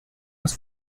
was